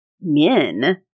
men